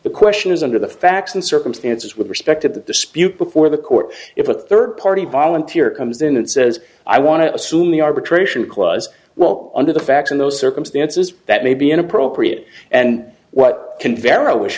the question is under the facts and circumstances with respect to the dispute before the court if a third party volunteer comes in and says i want to assume the arbitration clause well under the facts in those circumstances that may be inappropriate and what can vera was